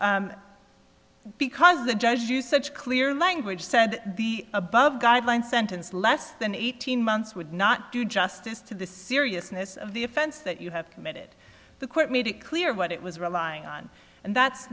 errors because the judge to such clear language said the above guideline sentence less than eighteen months would not do justice to the seriousness of the offense that you have committed the court made it clear what it was relying on and that's